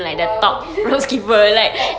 !wow! got vision this is a sport